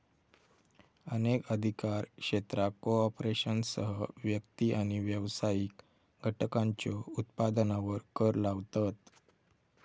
अनेक अधिकार क्षेत्रा कॉर्पोरेशनसह व्यक्ती आणि व्यावसायिक घटकांच्यो उत्पन्नावर कर लावतत